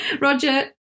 Roger